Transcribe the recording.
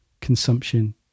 consumption